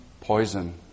poison